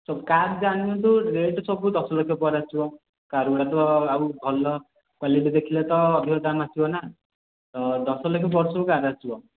ସବୁ କାର୍ ଜାଣି ନିଅନ୍ତୁ ରେଟ୍ ସବୁ ଦଶଲକ୍ଷ ପରେ ଆସିବ କାର କାର୍ଗୁଡ଼ା ତ ଆଉ ଭଲ କ୍ୱାଲିଟି ଦେଖିଲେ ତ ଅଧିକ ଦାମ୍ ଆସିବନା ତ ଦଶଲକ୍ଷ ପରେ ସବୁ କାର୍ ଆସିବ